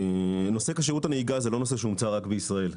נושא כשירות הנהיגה הוא לא נושא שהומצא רק בישראל.